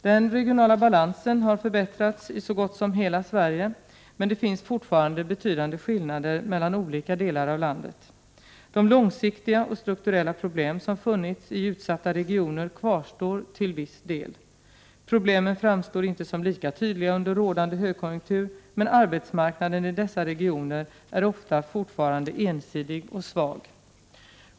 Den regionala balansen har förbättrats i så gott som hela Sverige. Men det finns fortfarande betydande skillnader mellan olika delar av landet. De långsiktiga och strukturella problem som funnits i utsatta regioner kvarstår till viss del. Problemen framstår inte som lika tydliga under rådande högkonjunktur, men arbetsmarknaden i dessa regioner är ofta fortfarande 5 ensidig och svag.